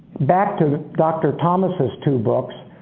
back to dr. thomas's two books,